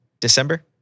December